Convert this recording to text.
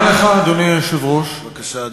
לא, אין לנו